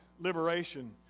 liberation